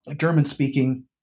German-speaking